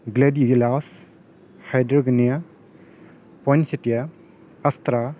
গ্লেদিহিলাচ হাইড্ৰভিনিয়া পইনচেতিয়া আষ্ট্ৰা